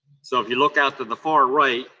so, if you look out to the far right,